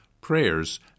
prayers